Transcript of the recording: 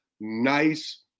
nice